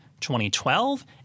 2012